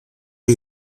der